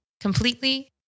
completely